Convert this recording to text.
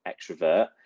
extrovert